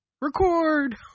Record